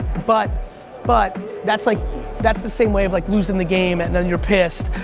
but but that's like that's the same way of like losing the game and then you're pissed.